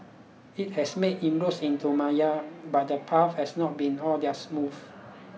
it has made inroads into Myanmar but the path has not been all that smooth